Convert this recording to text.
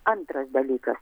antras dalykas